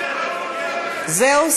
זהו?